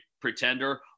pretender